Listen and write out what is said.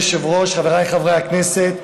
אדוני היושב-ראש, חבריי חברי הכנסת,